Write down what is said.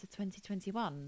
2021